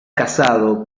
casado